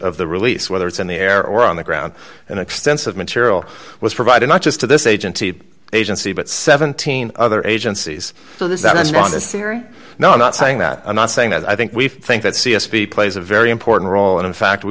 of the release whether it's in the air or on the ground and extensive material was provided not just to this agency the agency but seventeen other agencies no i'm not saying that i'm not saying that i think we think that c s p plays a very important role and in fact we